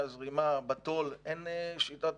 לי זה היה חסר.